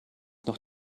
noch